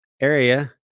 area